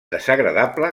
desagradable